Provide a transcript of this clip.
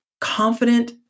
confident